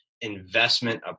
investment